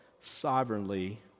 sovereignly